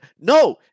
No